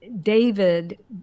David